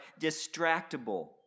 distractible